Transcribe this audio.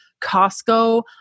Costco